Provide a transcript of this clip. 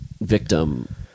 victim